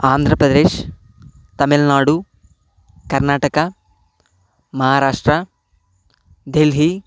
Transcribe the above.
Andhra Pradesh Tamil Nadu Karnataka Maharashtra Delhi